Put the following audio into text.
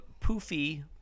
poofy